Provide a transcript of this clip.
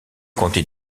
compter